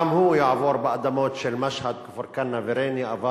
וגם הוא יעבור באדמות של משהד, כפר-כנא וריינה.